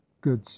good